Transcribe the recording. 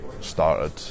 started